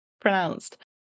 pronounced